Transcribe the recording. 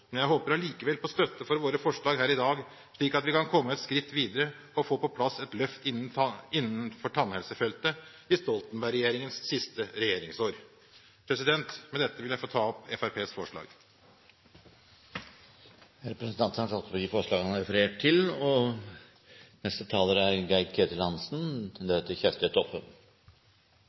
Jeg håper likevel på støtte for våre forslag her i dag, slik at vi kan komme et skritt videre og få på plass et løft innenfor tannhelsefeltet i Stoltenberg-regjeringens siste regjeringsår. Med dette vil jeg få ta opp forslagene fra Fremskrittspartiet og Kristelig Folkeparti. Representanten Jon Jæger Gåsvatn har tatt opp de forslagene han har referert til.